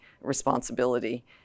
responsibility